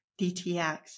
DTX